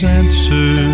answer